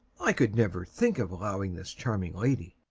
i could never think of allowing this charming lady